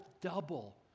double